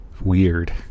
Weird